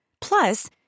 Plus